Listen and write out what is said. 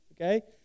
okay